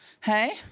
Hey